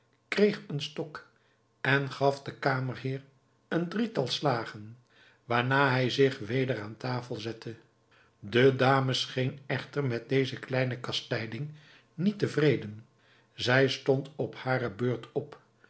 kreeg een stok en gaf den kamerheer een drietal slagen waarna hij zich weder aan tafel zette de dame scheen echter met deze kleine kastijding niet tevreden zij stond op hare beurt op